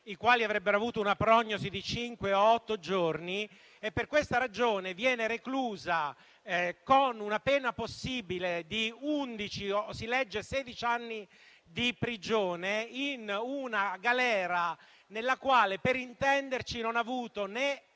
i quali avrebbero avuto una prognosi di cinque e otto giorni, e per questa ragione è reclusa, con una pena possibile di undici o - si legge - sedici anni di prigione, in una galera nella quale, per intenderci, non ha avuto né